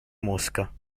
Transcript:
mosca